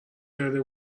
کرده